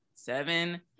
seven